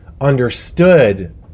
understood